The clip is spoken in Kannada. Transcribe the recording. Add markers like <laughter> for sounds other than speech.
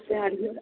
<unintelligible> ಅಡ್ಗಿದ